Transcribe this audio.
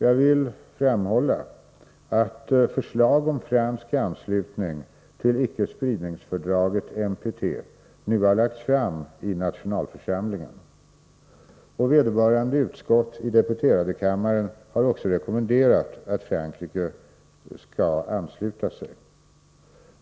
Jag vill framhålla att förslag om fransk anslutning till icke-spridningsfördraget NPT nu har lagts fram i nationalförsamlingen. Vederbörande utskott i deputeradekammaren har också rekommenderat att Frankrike skall ansluta sig.